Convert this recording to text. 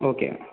okay